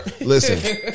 Listen